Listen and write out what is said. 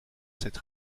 cette